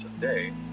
today